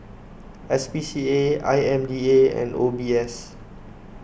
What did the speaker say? S P C A I M D A and O B S